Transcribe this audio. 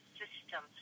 system